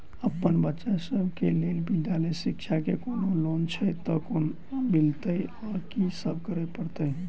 अप्पन बच्चा सब केँ लैल विधालय शिक्षा केँ कोनों लोन छैय तऽ कोना मिलतय आ की सब करै पड़तय